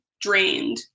drained